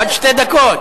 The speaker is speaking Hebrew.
עוד שתי דקות?